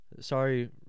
sorry